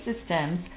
systems